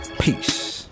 peace